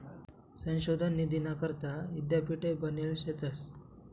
संशोधन निधीना करता यीद्यापीठे बनेल शेतंस